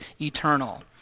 eternal